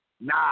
Nah